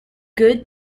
good